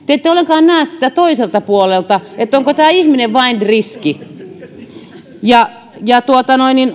te ette ollenkaan näe sitä toiselta puolelta onko tämä ihminen vain riski